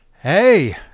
Hey